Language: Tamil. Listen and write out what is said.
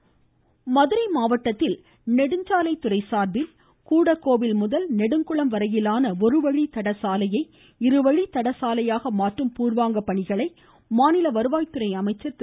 உதயகுமார் மதுரை மாவட்டத்தில் நெடுஞ்சாலைத்துறை சார்பில் கூடக்கோவில் முதல் நெடுங்குளம் வரையிலான ஒருவழி தட சாலையை இருவழி தட சாலையாக மாற்றும் பூர்வாங்க பணிகளை மாநில வருவாய் துறை அமைச்சர் திரு